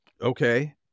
okay